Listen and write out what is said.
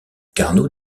carnot